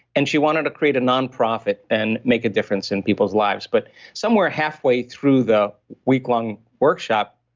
and she wanted to create a nonprofit and make a difference in people's lives. but somewhere halfway through the weeklong workshop,